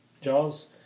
Jaws